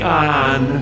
on